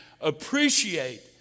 appreciate